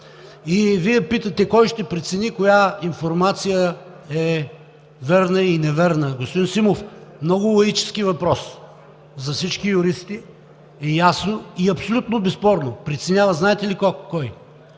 Вие питате: кой ще прецени коя информация е вярна или невярна? Господин Симов, много лаически въпрос. За всички юристи е ясно и абсолютно безспорно. Преценява знаете ли кой?